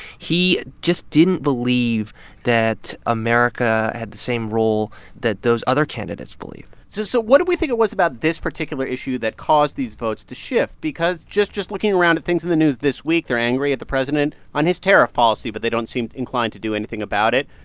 he just didn't believe that america had the same role that those other candidates believe so so what do we think it was about this particular issue that caused these votes to shift? because, just just looking around at things in the news this week, they're angry at the president on his tariff policy, but they don't seem inclined to do anything about it.